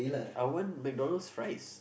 I want McDonald's fries